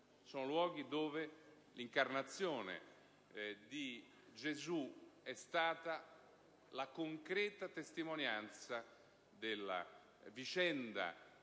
luoghi in cui l'incarnazione di Gesù è stata la concreta testimonianza della vicenda